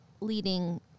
leading